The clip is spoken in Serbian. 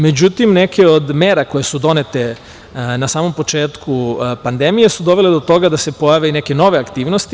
Međutim, neke od mera koje su donete na samom početku pandemije su dovele do toga da se pojave i neke nove aktivnosti.